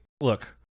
Look